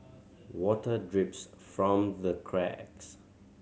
water drips from the cracks